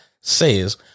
says